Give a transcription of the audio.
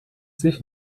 sich